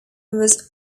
was